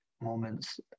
moments